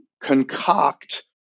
concoct